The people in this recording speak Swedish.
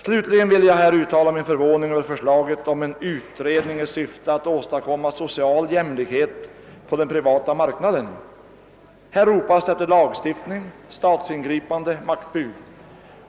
Vidare vill jag här uttala min förvåning över förslaget om en utredning i syfte att åstadkomma »social jämlikhet på den privata marknaden«. Här ropas det efter lagstiftning, statsingripanden och maktbud.